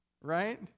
right